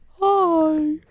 Hi